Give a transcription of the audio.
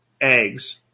eggs